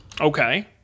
Okay